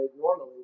normally